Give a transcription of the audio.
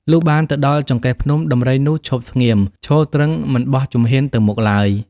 លុះបានទៅដល់ចង្កេះភ្នំ ដំរីនោះឈប់ស្ងៀម ឈរទ្រីង មិនបោះ ជំហានទៅមុខឡើយ ។